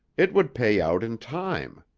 it would pay out in time.